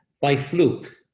by fluke,